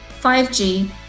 5G